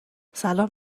سلام